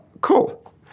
Cool